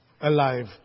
alive